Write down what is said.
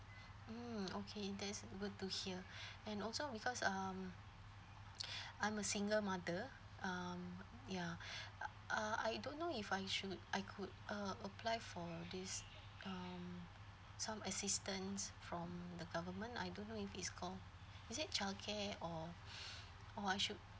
mm okay that's good to hear and also because um I'm a single mother um ya uh uh I don't know if I should I could uh apply for this um some assistance from the government I don't know if it's called is it childcare or or I should